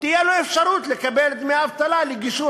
תהיה לו אפשרות לקבל דמי אבטלה לגישור,